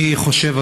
אני חושב,